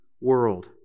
world